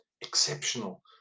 exceptional